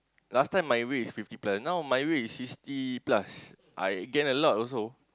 last time my weight is fifty plus now my weight is sixty plus I gain a lot also